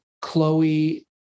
Chloe